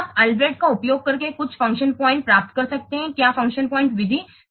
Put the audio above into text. फिर आप अल्ब्रेक्ट का उपयोग करके कुल फ़ंक्शन पॉइंट प्राप्त कर सकते हैं क्या फ़ंक्शन पॉइंट विधि